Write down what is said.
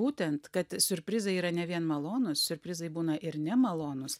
būtent kad siurprizai yra ne vien malonūs siurprizai būna ir nemalonūs